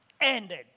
ended